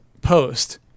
post